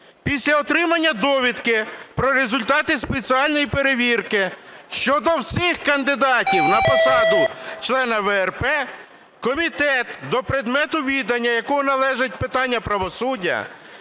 після отримання довідки про результати спеціальної перевірки щодо всіх кандидатів на посаду члена ВРП, комітет, до предмету відання якого належать питання правосуддя,